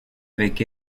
avec